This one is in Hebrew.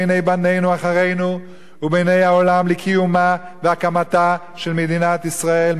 בעיני בנינו אחרינו ובעיני העולם לקיומה והקמתה של מדינת ישראל,